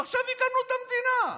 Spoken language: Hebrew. עכשיו הקמנו את המדינה.